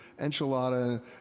enchilada